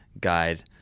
guide